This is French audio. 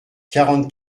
quarante